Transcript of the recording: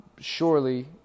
surely